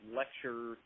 lecture